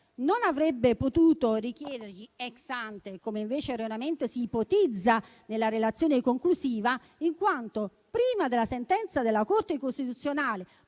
Non avrebbe potuto fare tale richiesta *ex ante*, come invece erroneamente si ipotizza nella relazione conclusiva, in quanto, prima della sentenza della Corte costituzionale,